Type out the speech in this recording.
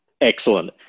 Excellent